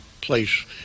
place